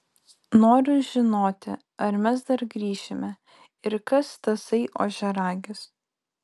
noriu žinoti ar mes dar grįšime ir kas tasai ožiaragis